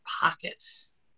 pockets